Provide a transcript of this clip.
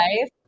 life